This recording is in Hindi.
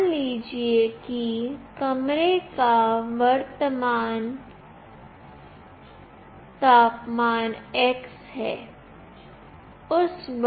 मान लीजिए कि कमरे का वर्तमान तापमान x है